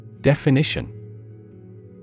Definition